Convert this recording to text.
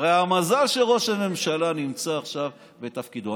הרי המזל הוא שראש הממשלה נמצא עכשיו בתפקידו.